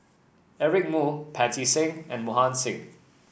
Eric Moo Pancy Seng and Mohan Singh